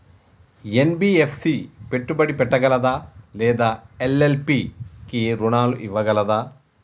NBFC పెట్టుబడి పెట్టగలదా లేదా ఎల్.ఎల్.పి కి రుణాలు ఇవ్వగలదా?